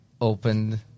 opened